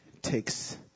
takes